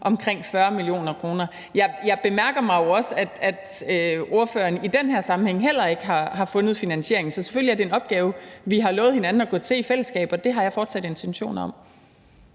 omkring 40 mio. kr. Jeg bemærker jo også, at ordføreren i den her sammenhæng heller ikke har fundet finansieringen. Så selvfølgelig er det en opgave, vi har lovet hinanden at gå til i fællesskab, og det har jeg fortsat intentioner om.